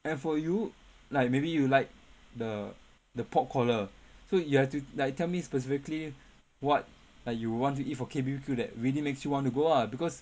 and for you like maybe you like the the pork collar so you have to like tell me specifically what like you want to eat for K_B_B_Q that really makes you want to go lah because